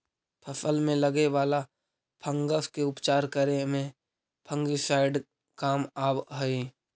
फसल में लगे वाला फंगस के उपचार करे में फंगिसाइड काम आवऽ हई